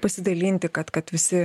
pasidalinti kad kad visi